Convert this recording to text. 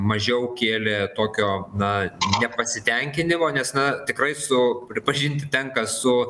mažiau kėlė tokio na nepasitenkinimo nes na tikrai su pripažinti tenka su